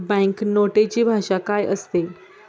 Bank नोटेची भाषा काय असते?